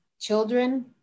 children